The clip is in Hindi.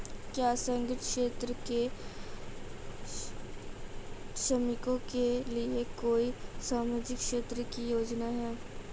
क्या असंगठित क्षेत्र के श्रमिकों के लिए कोई सामाजिक क्षेत्र की योजना है?